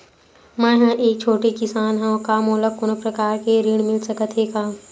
मै ह एक छोटे किसान हंव का मोला कोनो प्रकार के ऋण मिल सकत हे का?